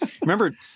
Remember